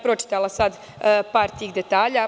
Pročitala bih par tih detalja.